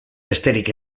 besterik